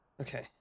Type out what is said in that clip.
Okay